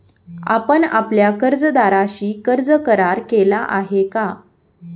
आपण आपल्या कर्जदाराशी कर्ज करार केला आहे का?